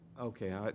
Okay